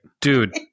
Dude